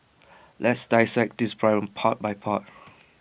let's dissect this problem part by part